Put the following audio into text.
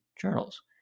journals